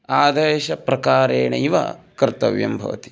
आदेशप्रकारेणैव कर्तव्यं भवति